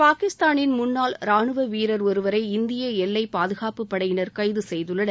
பாகிஸ்தானின் முன்னாள் ரானுவ வீரர் ஒருவரை இந்திய எல்லை பாதுகாப்பு படையினர் கைது செய்துள்ளனர்